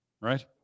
Right